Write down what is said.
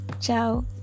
Ciao